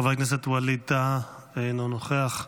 חבר הכנסת ווליד טאהא, אינו נוכח.